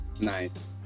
Nice